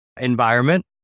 environment